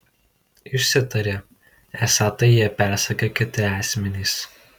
išsitarė esą tai jai persakę kiti asmenys